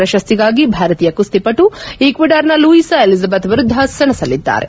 ಪ್ರಶಸ್ತಿಗಾಗಿ ಭಾರತೀಯ ಕುಸ್ತಿಪಟು ಇಕ್ವಡಾರ್ನ ಯಿಸಾ ಎಲಿಜಬತ್ ವಿರುದ್ದ ಸೆಣಸಲಿದ್ದಾರೆ